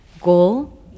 goal